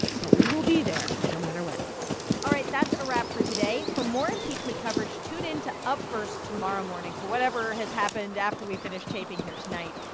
but we will be there no matter when all right, that's a wrap for today. for more impeachment coverage, tune in to up first tomorrow morning for whatever has happened after we finish taping here tonight.